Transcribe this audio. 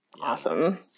Awesome